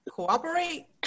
Cooperate